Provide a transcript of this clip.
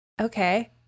Okay